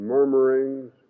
Murmurings